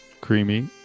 creamy